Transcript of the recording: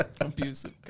Abusive